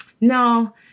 no